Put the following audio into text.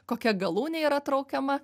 kokia galūnė yra traukiama